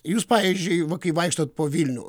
jūs pavyzdžiui kai vaikštot po vilnių